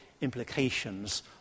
implications